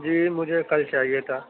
جی مجھے کل چاہیے تھا